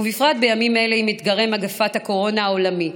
ובפרט בימים אלה עם אתגרי מגפת הקורונה העולמית,